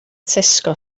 tesco